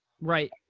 Right